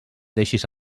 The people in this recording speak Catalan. deixes